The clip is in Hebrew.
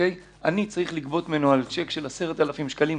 אני צריך לגבות ממנו על צ'ק של 10,000 שקלים,